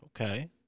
okay